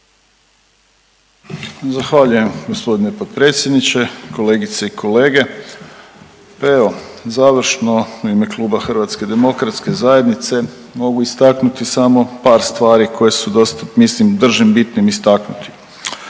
Zahvaljujem gospodine potpredsjedniče, kolegice i kolege. Pa evo završno u ime Kluba Hrvatske demokratske zajednice mogu istaknuti samo par stvari koje su dosta mislim držim bitnim istaknuti.